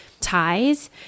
ties